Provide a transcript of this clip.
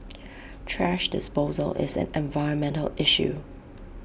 thrash disposal is an environmental issue